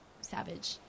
savage